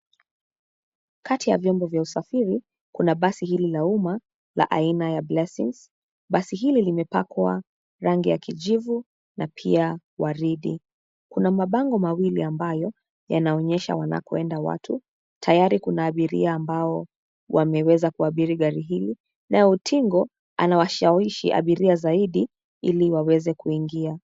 Kati ya vyombo vya usafiri kuna basi hili la umma la aina ya Blessings. Basi hilo limepakwa rangi ya kijivu na pia waridi. Kuna mabango mawili ambayo yanaonyesha wanakoenda watu. Tayari kuna abiria ambao wameweza kuabiri gari hili na utingo anawashawishi abiria zaidi ili waweze kuingia.